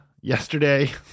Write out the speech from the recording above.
yesterday